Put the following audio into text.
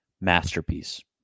masterpiece